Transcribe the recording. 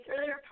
earlier